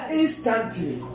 instantly